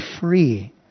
free